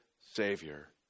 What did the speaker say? Savior